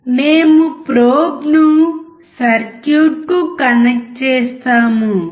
మేము ప్రోబ్ను సర్క్యూట్కు కనెక్ట్ చేస్తాము